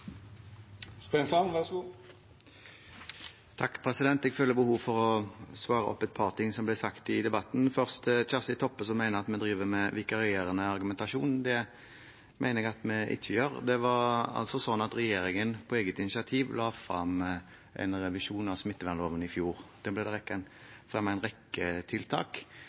sagt i debatten. Først: Kjersti Toppe mente at vi driver med vikarierende argumentasjon. Det mener jeg at vi ikke gjør. Regjeringen la på eget initiativ frem en revisjon av smittevernloven i fjor. Det ble da fremmet en rekke tiltak.